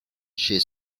she